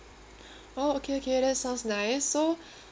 oh okay okay that sounds nice so